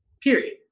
period